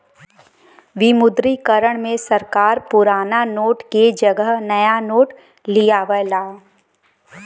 विमुद्रीकरण में सरकार पुराना नोट के जगह नया नोट लियावला